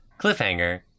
cliffhanger